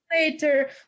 later